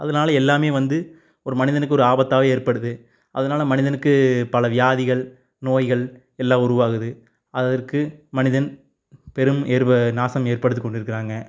அதனால எல்லாமே வந்து ஒரு மனிதனுக்கு ஒரு ஆபத்தாகவே ஏற்படுது அதனால மனிதனுக்கு பல வியாதிகள் நோய்கள் எல்லாம் உருவாகுது அதற்கு மனிதன் பெரும் நாசம் ஏற்படுத்தி கொண்டு இருக்கிறாங்க